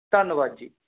ਧੰਨਵਾਦ ਜੀ